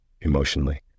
emotionally